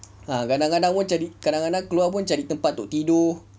kadang-kadang cari kadang-kadang keluar pun cari tempat untuk tidur